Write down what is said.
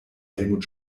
helmut